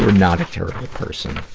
not a terrible person.